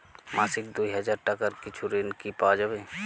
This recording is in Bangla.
মাসিক দুই হাজার টাকার কিছু ঋণ কি পাওয়া যাবে?